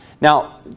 Now